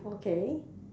okay